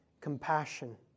compassion